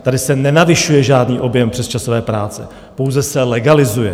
Tady se nenavyšuje žádný objem přesčasové práce, pouze se legalizuje.